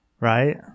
Right